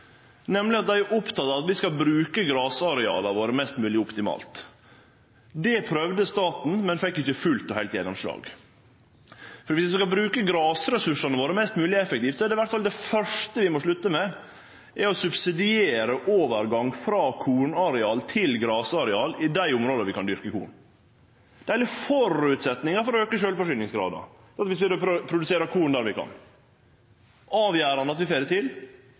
nemleg at dei er opptekne av at vi skal bruke grasareala våre mest mogleg optimalt. Det prøvde staten, men fekk ikkje fullt og heilt gjennomslag. Viss ein skal bruke grasressursane mest mogleg effektivt, er i alle fall det første vi må slutte med, å subsidiere overgang frå kornareal til grasareal i dei områda ein kan dyrke korn. Det er heile føresetnaden for å auke sjølvforsyningsgraden at vi produserer korn der vi kan. Det er avgjerande at vi får det til.